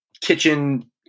kitchen